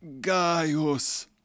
Gaius